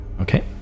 Okay